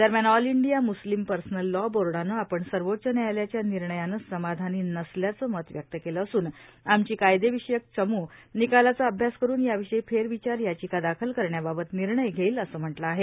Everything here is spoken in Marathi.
दरम्यान all India Muslim personal law बोर्डानं आपण सर्वोच्च न्यायालयाच्या निर्णयानं समाधानी नसल्याचं मत व्यक्त केलं असून आमची कायदेविषयक चमू निकालाचा अभ्यास करून या विषयी फेरविचार याचिका दाखल करण्याबाबत निर्णय घेईल असं म्हटलं आहे